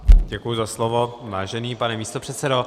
Děkuji za slovo, vážený pane místopředsedo.